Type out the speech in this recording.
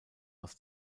aus